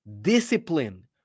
discipline